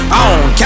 on